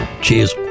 Cheers